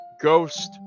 Ghost